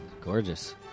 gorgeous